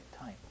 time